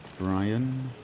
brian